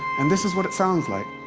and this is what it sounds like.